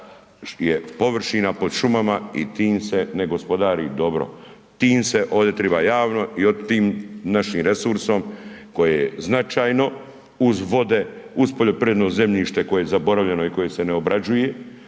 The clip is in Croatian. je površina pod šumama i tim se ne gospodari dobro, tim se ovdje treba javno i tim našim resursom koje je značajno uz vode, uz poljoprivredno zemljište koje je zaboravljeno i koje se ne obrađuje,